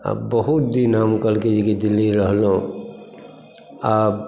आ बहुत दिन हम कहलकै जेकि दिल्ली रहलहुँ आब